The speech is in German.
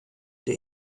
der